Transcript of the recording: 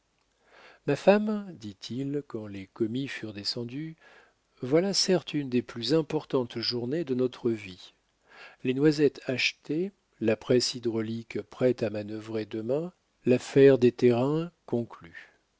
ma femme dit-il quand les commis furent descendus voilà certes une des plus importantes journées de notre vie les noisettes achetées la presse hydraulique prête à manœuvrer demain l'affaire des terrains conclue